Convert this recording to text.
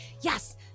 yes